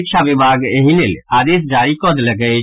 शिक्षा विभाग एहि लेल आदेश जारी कऽ देलक अछि